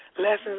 lessons